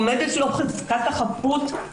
עומדת לו חזקת החפות,